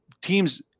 teams –